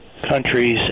countries